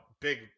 big